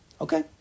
Okay